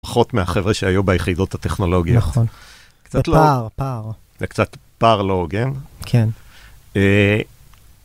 פחות מהחבר'ה שהיו ביחידות הטכנולוגיה. נכון, קצת פער, פער. זה קצת פער לא הוגן. כן.